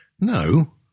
No